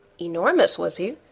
enormous, was he?